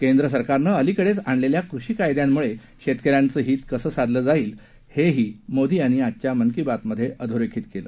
केंद्र सरकारनं अलिकडेच आणलेल्या कृषी कायद्यांमुळे शेतकऱ्यांचं हीत कसं साधलं जाईल हे ही मोदी यांनी आजच्या मन की बातमधे अधोरेखित केलं